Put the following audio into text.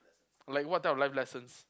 like what type of life lessons